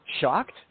shocked